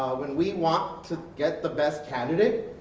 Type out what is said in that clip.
when we want to get the best candidate,